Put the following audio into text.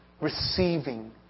receiving